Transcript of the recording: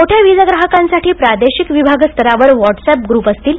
मोठ्या वीजयाहकांसाठी प्रादेशिक विभागस्तरावर व्हॉटसअँप ग्रूप असतील